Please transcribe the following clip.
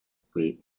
sweet